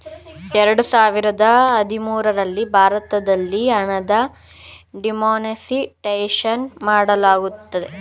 ಎರಡು ಸಾವಿರದ ಹದಿಮೂರಲ್ಲಿ ಭಾರತದಲ್ಲಿ ಹಣದ ಡಿಮಾನಿಟೈಸೇಷನ್ ಮಾಡಲಾಯಿತು